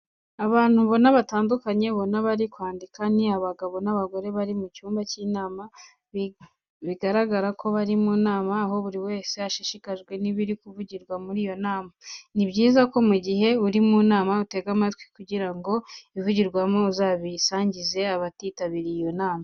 Abantu batandukanye ubona ko bari kwandika, ni abagabo n'abagore bari mu cyumba cy'inama bigaragara ko bari mu nama, aho buri wese ashishikajwe n'ibiri kuvugirwa muri iyo nama. Ni byiza ko mu gihe uri mu nama utega amatwi, kugira ngo ibivugirwamo uzabisangize abatitabiriye iyo nama.